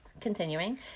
Continuing